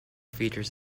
features